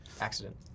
Accident